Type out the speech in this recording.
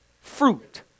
fruit